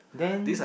then